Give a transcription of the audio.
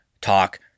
talk